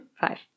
Five